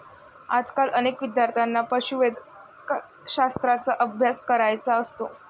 आजकाल अनेक विद्यार्थ्यांना पशुवैद्यकशास्त्राचा अभ्यास करायचा असतो